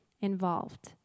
involved